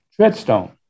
Treadstone